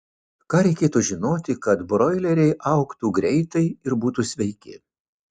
ką reikėtų žinoti kad broileriai augtų greitai ir būtų sveiki